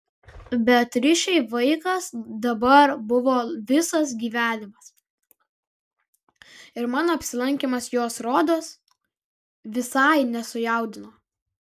beatričei vaikas dabar buvo visas gyvenimas ir mano apsilankymas jos rodos visai nesujaudino